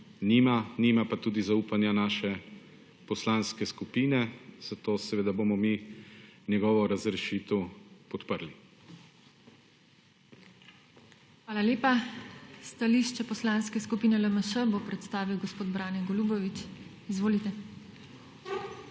nima pa tudi zaupanja naše poslanske skupine, zato seveda bomo mi njegovo razrešitev podprli. PODPRESEDNICA TINA HEFERLE: Hvala lepa. Stališče Poslanske skupine LMŠ bo predstavil gospod Brane Golubović. Izvolite.